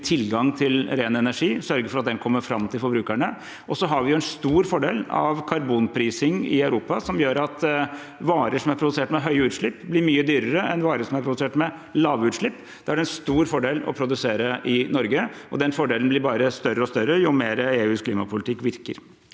tilgang til ren energi og å sørge for at den kommer fram til forbrukerne. Vi har en stor fordel av karbonprising i Europa, som gjør at varer som er produsert med høye utslipp, blir mye dyrere enn varer som er produsert med lave utslipp. Da er det en stor fordel å produsere i Norge, og den fordelen blir bare større og større jo mer EUs klimapolitikk virker.